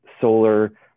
solar